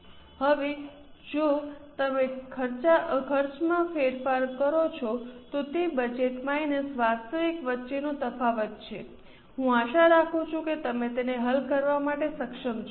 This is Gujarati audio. હવે જો તમે ખર્ચમાં ફેરફાર કરો છો તો તે બજેટ માઇનસ વાસ્તવિક વચ્ચેનો તફાવત છે હું આશા રાખું છું કે તમે તેને હલ કરવામાં સક્ષમ છો